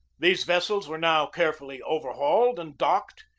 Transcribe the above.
these vessels were now carefully overhauled and docked,